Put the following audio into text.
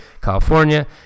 California